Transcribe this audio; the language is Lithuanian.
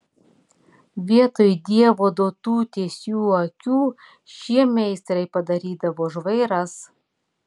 vietoj dievo duotų tiesių akių šie meistrai padarydavo žvairas